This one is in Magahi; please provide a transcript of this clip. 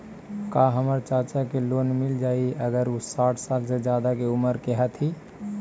का हमर चाचा के लोन मिल जाई अगर उ साठ साल से ज्यादा के उमर के हथी?